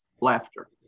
laughter